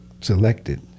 selected